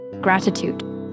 gratitude